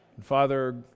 Father